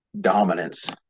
dominance